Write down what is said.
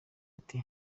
ati